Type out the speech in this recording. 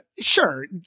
sure